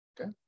okay